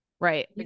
right